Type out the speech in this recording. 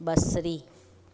बसरी